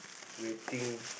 waiting